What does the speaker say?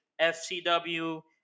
FCW